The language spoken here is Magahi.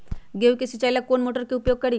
गेंहू के सिंचाई ला कौन मोटर उपयोग करी?